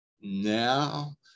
now